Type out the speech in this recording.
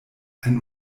ein